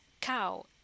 cow